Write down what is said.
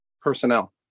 personnel